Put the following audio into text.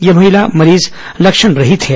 यह महिला मरीज लक्षणरहित है